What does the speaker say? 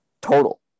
Total